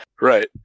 Right